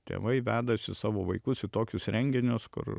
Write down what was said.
tėvai vedasi savo vaikus į tokius renginius kur